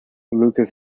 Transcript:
lucas